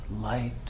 light